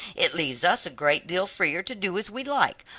it leaves us a great deal freer to do as we like.